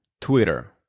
Twitter